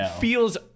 feels